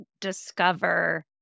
discover